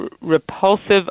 repulsive